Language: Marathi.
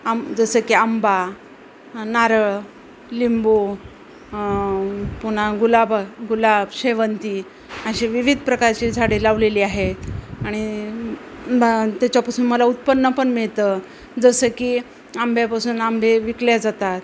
आं जसं की आंबा नारळ लिंबू पुन्हा गुलाबा गुलाब शेवंती अशीे विविध प्रकारची झाडे लावलेली आहेत आणि ब त्याच्यापासून मला उत्पन्न पण मिळतं जसं की आंब्यापासून आंबे विकले जातात